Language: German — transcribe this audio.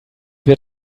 wird